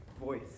voice